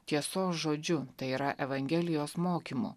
tiesos žodžiu tai yra evangelijos mokymu